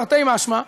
תרתי משמע,